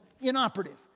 inoperative